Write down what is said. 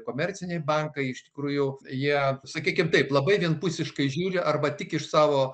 komerciniai bankai iš tikrų jau jie sakykim taip labai vienpusiškai žiūri arba tik iš savo